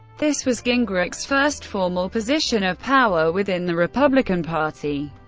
this was gingrich's first formal position of power within the republican party.